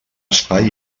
espai